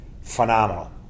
phenomenal